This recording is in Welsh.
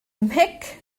mhic